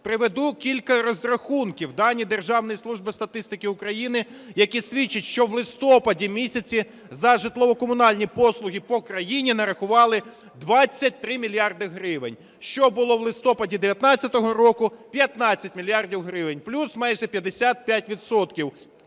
Приведу кілька розрахунків, дані Державної служби статистики України, які свідчать, що в листопаді місяці за житлово-комунальні послуги по країні нарахували 23 мільярди гривень. Що було в листопаді 2019 року? 15 мільярдів гривень, плюс майже 55